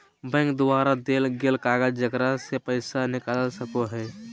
bank द्वारा देल गेल कागज जेकरा से पैसा निकाल सको हइ